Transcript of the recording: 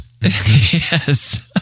Yes